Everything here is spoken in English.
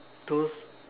those